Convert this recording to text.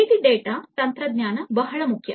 big data ತಂತ್ರಜ್ಞಾನ ಬಹಳ ಮುಖ್ಯ